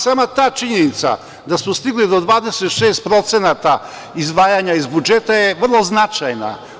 Sama ta činjenica da su stigli do 26% izdvajanja iz budžeta je vrlo značajna.